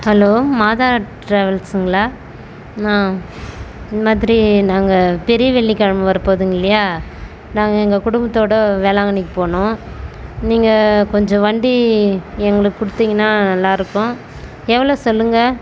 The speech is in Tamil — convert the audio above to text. ஹலோ மாதா ட்ராவல்ஸ்ங்களா நான் இந்த மாதிரி நாங்கள் பெரிய வெள்ளிக்கிழமை வர போதுங்கல்லையா நாங்கள் எங்கள் குடும்பத்தோடு வேளாங்கண்ணிக்கு போகணும் நீங்கள் கொஞ்சம் வண்டி எங்களுக்கு கொடுத்திங்கன்னா நல்லா இருக்கும் எவ்வளோ சொல்லுங்கள்